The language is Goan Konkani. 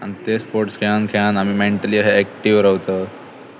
आनी ते स्पोर्ट्स खेळून खेळून आमी मेनटली अशें एक्टीव रावतात